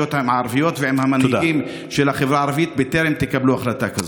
הרשויות הערביות ועם המנהיגים של החברה הערבית בטרם תקבלו החלטה כזאת.